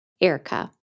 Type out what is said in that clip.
Erica